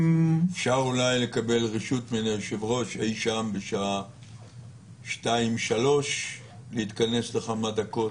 אפשר לקבל רשות מהיושב-ראש אי שם בשעה 15:00-14:00 להתכנס לכמה דקות.